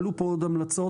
עלו פה עוד המלצות.